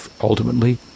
ultimately